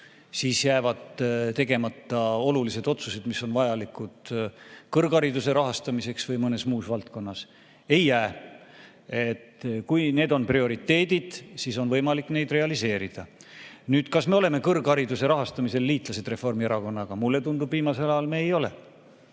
siis jäävad tegemata olulised otsused, mis on vajalikud kõrghariduse rahastamiseks või mõnes muus valdkonnas. Ei jää. Kui need on prioriteedid, siis on võimalik neid realiseerida. Nüüd, kas me oleme kõrghariduse rahastamisel liitlased Reformierakonnaga? Mulle tundub, et viimasel ajal me ei ole.